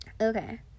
Okay